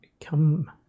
come